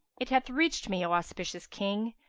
it hath reached me, o auspicious king,